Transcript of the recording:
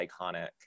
iconic